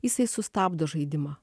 jisai sustabdo žaidimą